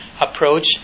approach